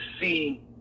see